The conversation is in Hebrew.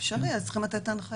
אם זה אפשרי, צריך לתת את ההנחיה.